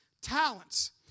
talents